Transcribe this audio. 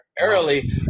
early